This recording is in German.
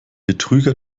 betrüger